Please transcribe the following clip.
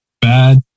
bad